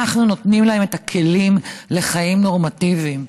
אנחנו נותנים להם את הכלים לחיים נורמטיביים.